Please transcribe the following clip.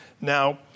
now